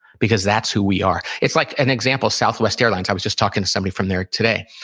because that's who we are. it's like an example, southwest airlines. i was just talking to somebody from there today.